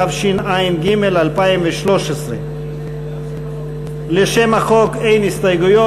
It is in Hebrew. התשע"ג 2013. לשם החוק אין הסתייגויות.